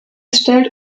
stellt